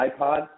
iPod